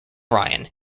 ryan